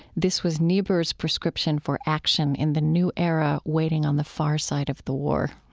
this was niebuhr's prescription for action in the new era waiting on the far side of the war.